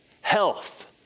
health